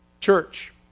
church